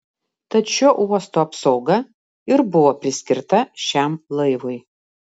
tad šio uosto apsauga ir buvo priskirta šiam laivui